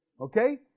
Okay